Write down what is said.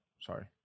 sorry